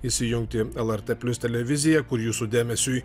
įsijauti lrt plius televiziją kur jūsų dėmesiui